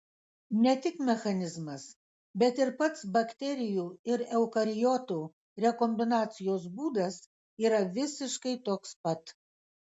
ne tik mechanizmas bet ir pats bakterijų ir eukariotų rekombinacijos būdas yra visiškai toks pat